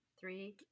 Three